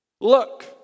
Look